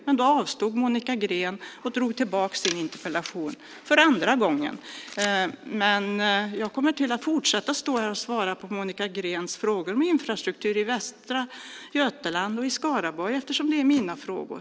Men då avstod Monica Green och drog tillbaka sin interpellation för andra gången. Jag kommer att fortsätta att stå här och svara på Monica Greens frågor om infrastruktur i Västra Götaland och Skaraborg eftersom det är mina frågor.